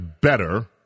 better